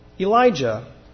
Elijah